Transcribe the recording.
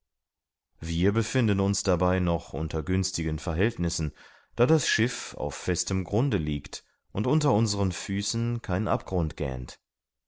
wir befinden uns dabei noch unter günstigen verhältnissen da das schiff auf festem grunde liegt und unter unseren füßen kein abgrund gähnt